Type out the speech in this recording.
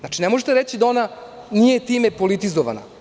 Ne možete reći da ona nije time politizovana.